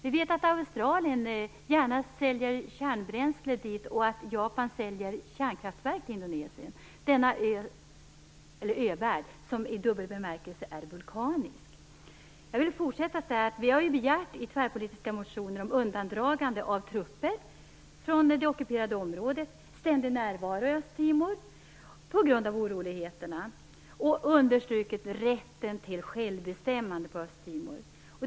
Vi vet att Australien gärna säljer kärnbränsle dit och att Japan säljer kärnkraftverk till Indonesien - denna övärld som i dubbel bemärkelse är vulkanisk. Vi har i tvärpolitiska motioner begärt undandragande av trupper från det ockuperade området och ständig närvaro i Östtimor på grund av oroligheterna. Vi har understrukit rätten till självbestämmande på Östtimor.